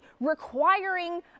requiring